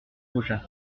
faujas